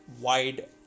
wide